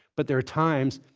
but there are times,